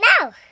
now